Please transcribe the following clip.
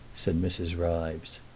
said mrs. ryves.